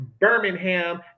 Birmingham